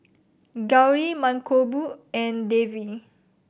Gauri Mankombu and Devi